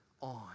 on